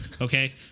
Okay